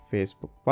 Facebook